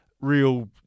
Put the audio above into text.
real